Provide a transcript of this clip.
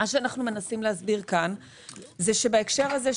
אנחנו מנסים להסביר כאן שבהקשר הזה,